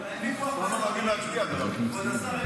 כבוד השר,